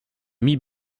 mit